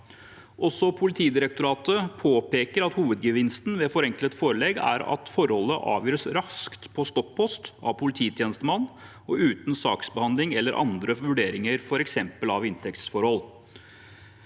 Politidirektoratet påpeker at hovedgevinsten ved forenklet forelegg er at forholdet avgjøres raskt på stoppost av polititjenestemann og uten saksbehandling eller andre vurderinger, f.eks. av inntektsforhold.